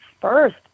first